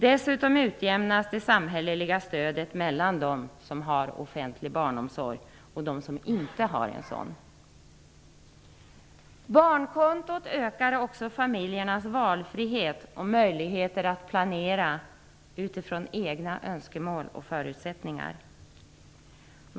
Dessutom utjämnas det samhälleliga stödet mellan dem som har en offentlig barnomsorg och dem som inte har en sådan. Barnkontot ökar också familjernas valfrihet och möjligheter att planera utifrån egna önskemål och förutsättningar.